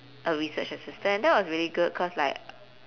a research assistant that was really good cause like